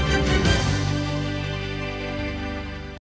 Дякую